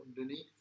underneath